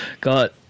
Got